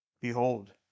Behold